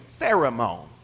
pheromone